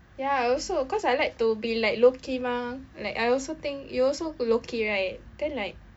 ya I also cause I like to be like lowkey mah like I also think you also lowkey right then like